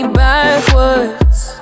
backwards